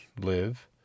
live